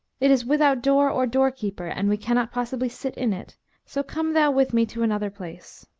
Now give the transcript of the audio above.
it is without door or doorkeeper, and we cannot possibly sit in it so come thou with me to another place